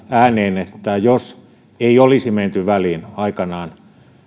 ääneen että jos ei olisi menty väliin aikanaan